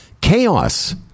chaos